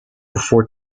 before